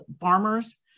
farmers